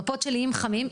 מפות של איים חמים,